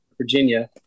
Virginia